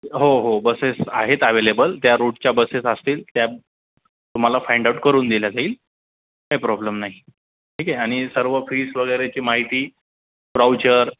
हो हो बसेस आहेत अवेलेबल त्या रूटच्या बसेस असतील त्या तुम्हाला फाईंड आउट करून दिल्या जाईल काही प्रॉब्लेम नाही ठीक आहे आणि सर्व फीस वगैरेची माहिती ब्राउचर